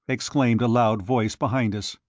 exclaimed a loud voice behind us.